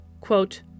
Quote